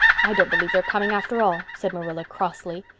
i don't believe they're coming after all, said marilla crossly.